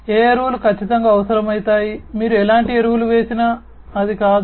ఏ ఎరువులు ఖచ్చితంగా అవసరమవుతాయి మీరు ఎలాంటి ఎరువులు వేసినా అది కాదు